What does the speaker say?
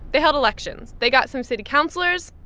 they held elections. they got some city councilors.